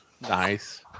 Nice